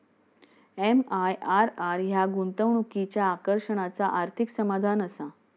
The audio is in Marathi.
एम.आय.आर.आर ह्या गुंतवणुकीच्या आकर्षणाचा आर्थिक साधनआसा